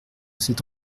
cet